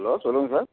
hello சொல்லுங்கள் sir